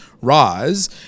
Roz